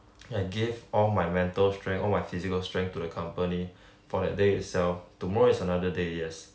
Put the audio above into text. I give all my mental strength all my physical strength to the company for that day itself tomorrow is another day yes